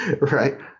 right